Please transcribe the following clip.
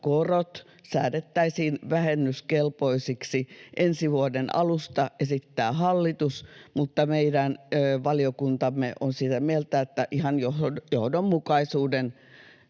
korot säädettäisiin vähennyskelpoisiksi ensi vuoden alusta, mutta meidän valiokuntamme on sitä mieltä, että ihan johdonmukaisuuden